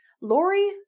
Lori